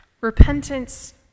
repentance